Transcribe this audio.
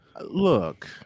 Look